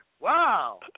Wow